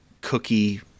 cookie